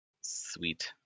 Sweet